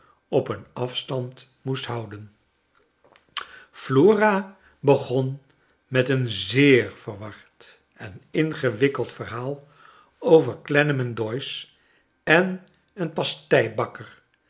op een afstand moest houden flora begon met een zeer verward en ingewikkeld verhaal over clennam en doyce en een